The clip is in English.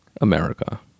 America